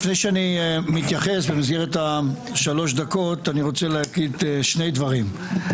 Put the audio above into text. לפני שאני מתייחס במסגרת השלוש דקות אני רוצה להגיד שני דברים.